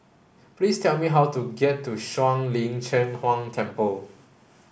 please tell me how to get to Shuang Lin Cheng Huang Temple